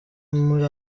muri